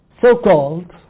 so-called